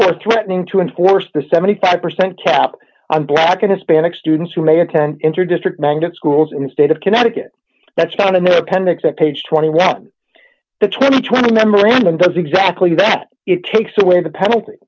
or threatening to enforce the seventy five percent cap on black and hispanic students who may attend interdistrict magnet schools in the state of connecticut that's not in the appendix at page twenty watt the two thousand and twenty memorandum does exactly that it takes away the penalty